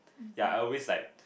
ya I always like